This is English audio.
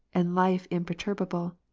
and life imperturbable.